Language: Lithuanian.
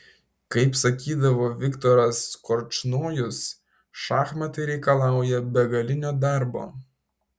kaip sakydavo viktoras korčnojus šachmatai reikalauja begalinio darbo